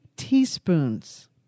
teaspoons